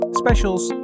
specials